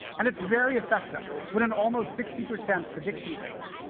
and it's very effective, with an almost sixty percent prediction rate.